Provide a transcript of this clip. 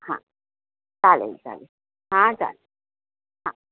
हां चालेल चालेल हां चालेल हां